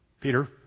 Peter